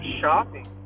shopping